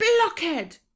Blockhead